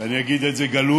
אני אגיד את זה גלוי,